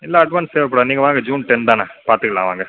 இல்லை அட்வான்ஸ் தேவைப்படாது நீங்கள் வாங்க ஜூன் டென் தானே பார்த்துக்கலாம் வாங்க